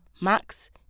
Max